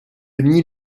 nid